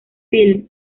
film